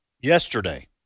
yesterday